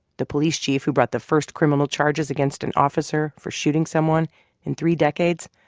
the police chief who brought the first criminal charges against an officer for shooting someone in three decades,